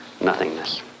nothingness